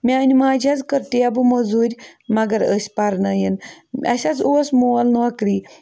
میٛانہِ ماجہِ حظ کٔر ٹیبہٕ موزوٗرۍ مگر أسۍ پرنٲیِن اَسہِ حظ اوس مول نوکری